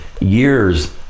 years